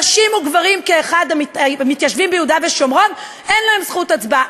נשים וגברים כאחד המתיישבים ביהודה ושומרון אין להם זכות הצבעה.